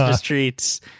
treats